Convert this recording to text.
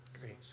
Great